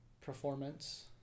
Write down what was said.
performance